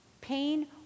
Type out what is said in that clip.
Pain